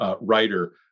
writer